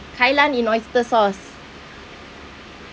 kailan in oyster sauce